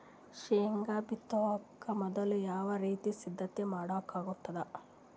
ಶೇಂಗಾ ಬಿತ್ತೊಕ ಮೊದಲು ಯಾವ ರೀತಿ ಸಿದ್ಧತೆ ಮಾಡ್ಬೇಕಾಗತದ?